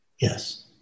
yes